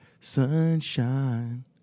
sunshine